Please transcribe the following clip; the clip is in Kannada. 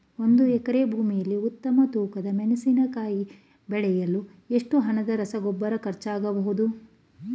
ಒಂದು ಎಕರೆ ಭೂಮಿಯಲ್ಲಿ ಉತ್ತಮ ತೂಕದ ಮೆಣಸಿನಕಾಯಿ ಬೆಳೆಸಲು ಎಷ್ಟು ಹಣದ ರಸಗೊಬ್ಬರ ಖರ್ಚಾಗಬಹುದು?